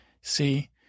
see